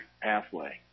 pathway